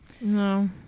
No